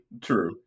true